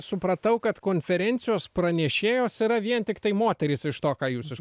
supratau kad konferencijos pranešėjos yra vien tiktai moterys iš to ką jūs iš